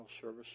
service